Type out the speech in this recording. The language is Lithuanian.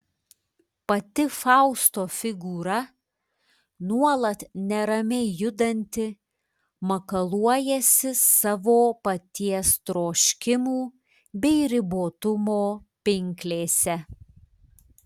pati fausto figūra nuolat neramiai judanti makaluojasi savo paties troškimų bei ribotumo pinklėse